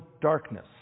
darkness